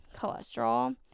cholesterol